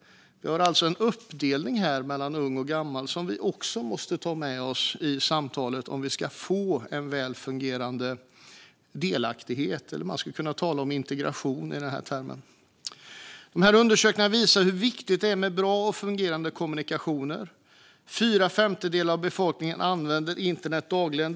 Vi har alltså en uppdelning här mellan ung och gammal som vi också måste ta med oss i samtalet om vi ska få en väl fungerande delaktighet. Man skulle kunna tala om integration i detta sammanhang. Denna undersökning visar hur viktigt det är med bra och fungerande kommunikationer. Mer än fyra femtedelar av befolkningen använder internet dagligen.